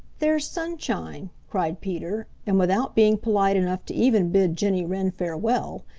there's sunshine! cried peter, and without being polite enough to even bid jenny wren farewell,